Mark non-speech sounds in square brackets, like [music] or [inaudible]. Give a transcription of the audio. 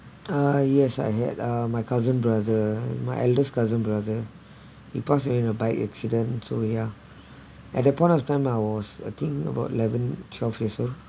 uh yes I had uh my cousin brother my eldest cousin brother he pass away in a bike accident so ya [breath] at that point of time I was I think about eleven twelve years old